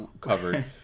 covered